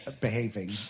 behaving